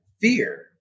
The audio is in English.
fear